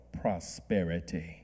prosperity